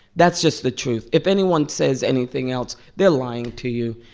that's just the truth. if anyone says anything else, they're lying to you.